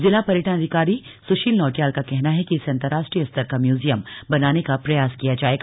जिला पर्यटन अधिकारी सुशील नौटियाल का कहना है कि इसे अंतरराष्ट्रीय स्तर का म्यूजियम बनाने का प्रयास किया जाएगा